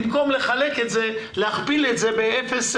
במקום להכפיל את זה ב-0.25,